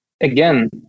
again